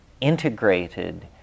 integrated